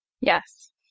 Yes